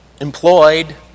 employed